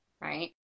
right